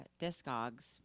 Discogs